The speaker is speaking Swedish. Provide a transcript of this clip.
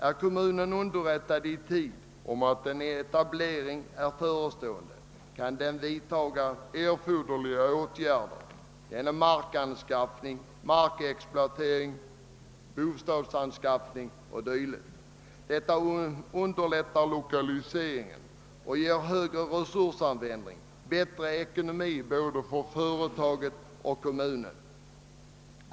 Är kommunen underrättad i tid om att en etablering är förestående kan den vidta erforderliga åtgärder genom markanskaffning, markexploatering, bostadsanskaffning etc. Det underlättar lokaliseringen och ger högre resursanvändning samt bättre ekonomi för både företaget och kommunen.